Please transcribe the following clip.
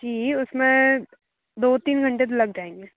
जी उस में दो तीन घंटे तो लग जाएंगे